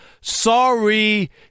Sorry